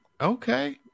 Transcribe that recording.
Okay